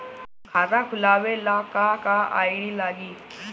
खाता खोलाबे ला का का आइडी लागी?